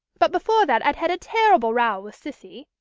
but before that i'd had a terrible row with cissy.